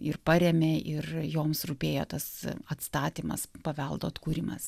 ir parėmė ir joms rūpėjo tas atstatymas paveldo atkūrimas